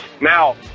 Now